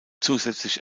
zusätzlich